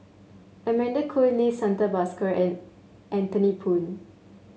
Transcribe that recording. Amanda Koe Lee Santha Bhaskar and Anthony Poon